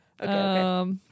okay